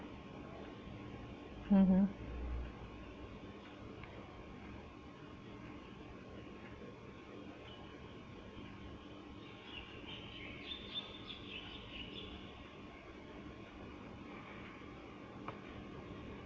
mmhmm